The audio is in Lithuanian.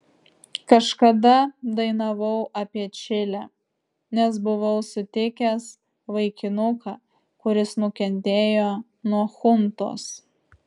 kažkada dainavau apie čilę nes buvau sutikęs vaikinuką kuris nukentėjo nuo chuntos